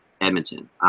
Edmonton